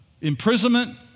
imprisonment